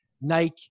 Nike